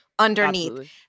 Underneath